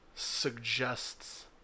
suggests